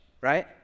right